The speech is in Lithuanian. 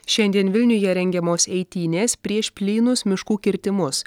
šiandien vilniuje rengiamos eitynės prieš plynus miškų kirtimus